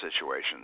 situations